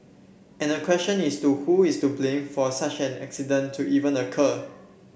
and the question is to who is to blame for such an accident to even occur